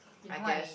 I guess